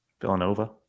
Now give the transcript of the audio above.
villanova